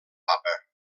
papa